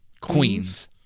Queens